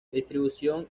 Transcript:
distribución